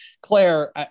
Claire